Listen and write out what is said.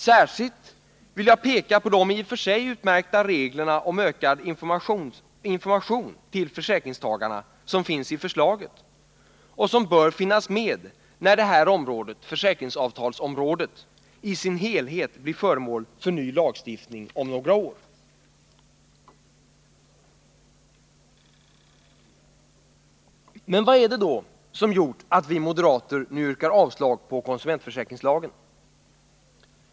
Särskilt vill jag peka på de i och för sig utmärkta regler om ökad information till försäkringstagarna som finns i förslaget och som bör finnas med när detta område, försäkringsavtalsområdet, i sin helhet blir föremål för en ny lagstiftning om några år. Men vad är det då som gjort att vi moderater nu yrkar avslag på konsumentförsäkringslagen?